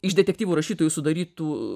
iš detektyvų rašytojų sudarytų